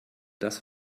das